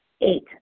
Eight